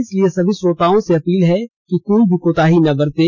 इसलिए सभी श्रोताओं से अपील है कि कोई भी कोताही ना बरतें